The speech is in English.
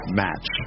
match